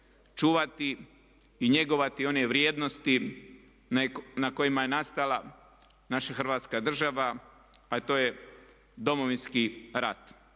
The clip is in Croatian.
čuvati i njegovati one vrijednosti na kojima je nastala naša Hrvatska država a to je Domovinski rat.